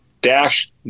dash